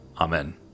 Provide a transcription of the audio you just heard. Amen